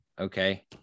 Okay